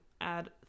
add